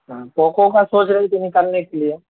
پوپو کا سوچ رہے تھے نکالنے کے لیے